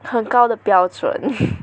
很高的标准